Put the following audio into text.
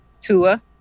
Tua